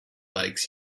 likes